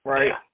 Right